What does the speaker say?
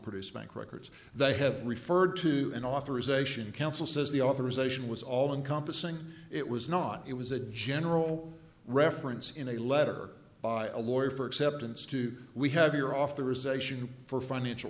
produce bank records they have referred to an authorization council says the authorization was all encompassing it was not it was a general reference in a letter by a lawyer for acceptance to we haveour off the recession for financial